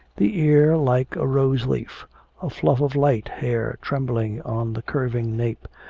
the ear like a rose leaf a fluff of light hair trembling on the curving nape,